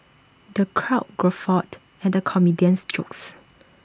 the crowd guffawed at the comedian's jokes